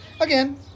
again